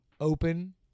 open